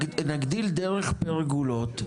נגדיל דרך פרגולות,